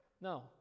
no